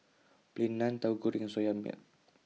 Plain Naan Tahu Goreng and Soya Milk